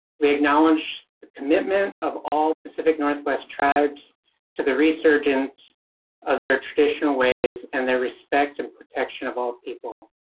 we acknowledge the commitment of all pacific northwest tribes to the resurgence of their traditional ways and their respect and protection of all people,